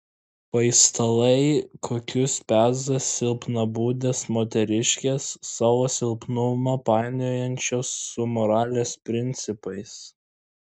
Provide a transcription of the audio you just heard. paistalai kokius peza silpnabūdės moteriškės savo silpnumą painiojančios su moralės principais